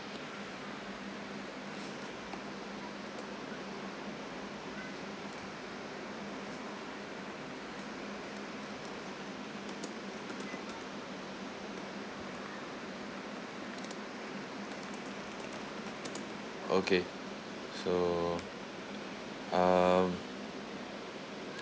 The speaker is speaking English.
okay so um